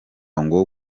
ngo